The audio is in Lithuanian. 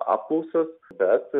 apklausas bet